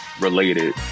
related